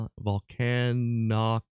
Volcano